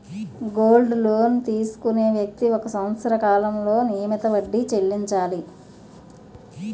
gold loan తీసుకునే వ్యక్తి ఒక సంవత్సర కాలంలో నియమిత వడ్డీ చెల్లించాలి